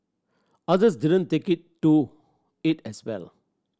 others didn't take to it as well